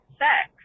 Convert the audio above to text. sex